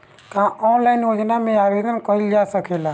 का ऑनलाइन योजना में आवेदन कईल जा सकेला?